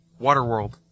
Waterworld